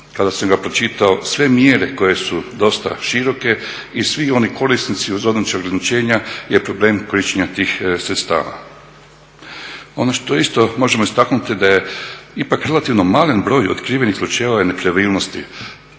Kada sam ga pročitao, sve mjere koje su dosta široke i svi oni korisnici u određena ograničenja je problem korištenja tih sredstava. Ono što isto možemo istaknuti da je ipak relativno malen broj otkrivenih slučajeva i nepravilnosti.